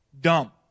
dumb